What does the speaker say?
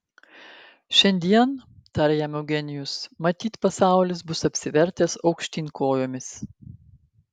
šiandien tarė jam eugenijus matyt pasaulis bus apsivertęs aukštyn kojomis